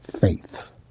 faith